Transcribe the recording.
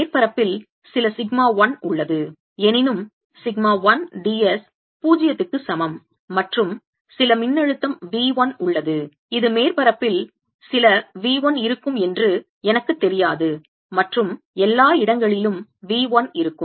மேற்பரப்பில் சில சிக்மா 1 உள்ளது எனினும் சிக்மா 1 d s 0 க்கு சமம் மற்றும் சில மின்னழுத்தம் V 1 உள்ளது இது மேற்பரப்பில் சில V 1 இருக்கும் என்று எனக்குத் தெரியாது மற்றும் எல்லா இடங்களிலும் V 1 இருக்கும்